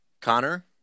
connor